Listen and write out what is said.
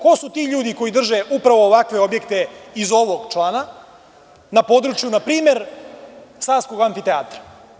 Ko su ti ljudi koji drže upravo ovakve objekte iz ovog člana na području npr. Savskog amfiteatra?